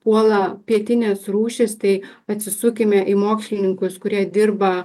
puola pietinės rūšys tai atsisukime į mokslininkus kurie dirba